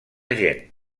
gent